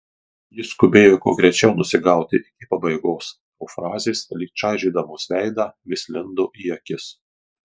ji skubėjo kuo greičiau nusigauti iki pabaigos o frazės lyg čaižydamos veidą vis lindo į akis